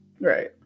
Right